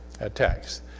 attacks